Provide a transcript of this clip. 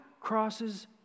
crosses